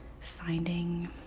finding